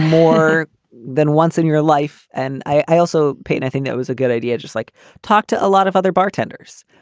more than once in your life. and i also paid i think that was a good idea. just like talk to a lot of other bartenders,